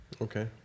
okay